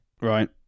Right